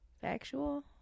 Factual